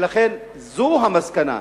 ולכן, זו המסקנה.